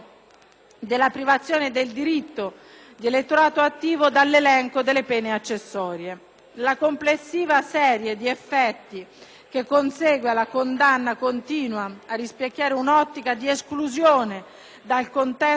La complessiva serie di effetti che consegue alla condanna continua a rispecchiare un'ottica di esclusione dal contesto sociale e democratico e comunque non di aiuto al recupero sociale della persona che,